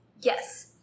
Yes